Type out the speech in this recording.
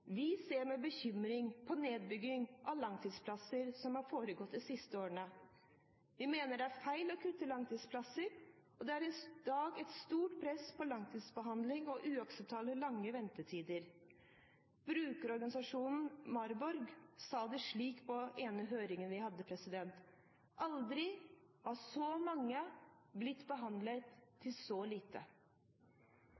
Vi ser med bekymring på den nedbyggingen av langtidsplasser som har foregått de siste årene. Vi mener det er feil å kutte i langtidsplasser. Det er i dag et stort press på langtidsbehandling og uakseptabelt lange ventetider. Brukerorganisasjonen Marborg sa det slik på den ene høringen vi hadde: Aldri har så mange blitt behandlet